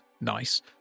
Nice